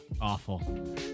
awful